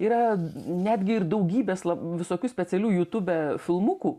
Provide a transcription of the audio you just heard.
yra netgi ir daugybės visokių specialių jutube filmukų